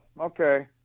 okay